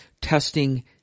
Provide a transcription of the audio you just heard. Testing